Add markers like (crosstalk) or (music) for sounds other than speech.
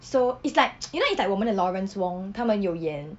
so it's like (noise) you know it's like 我们的 lawrence wong 他们有演